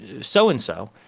so-and-so